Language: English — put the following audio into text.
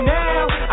now